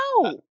No